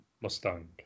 Mustang